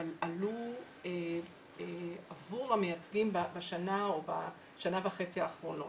אבל עלו עבור המייצגים בשנה או בשנה וחצי האחרונות,